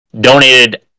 donated